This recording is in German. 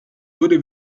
wurde